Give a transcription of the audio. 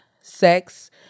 sex